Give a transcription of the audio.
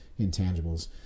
intangibles